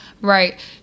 Right